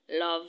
love